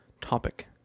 topic